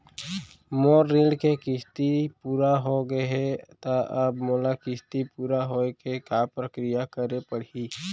मोर ऋण के किस्ती पूरा होगे हे ता अब मोला किस्ती पूरा होए के का प्रक्रिया करे पड़ही?